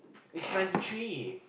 it's ninety three